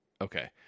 Okay